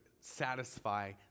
satisfy